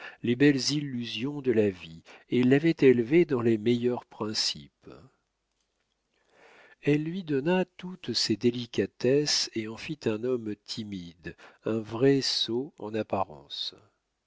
les belles illusions de la vie et l'avait élevé dans les meilleurs principes elle lui donna toutes ses délicatesses et en fit un homme timide un vrai sot en apparence